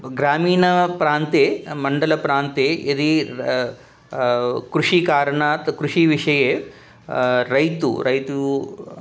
ग्रामीणप्रान्ते मण्डलप्रान्ते यदि कृषिकारणात् कृषिविषये रैतु रैतु